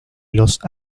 los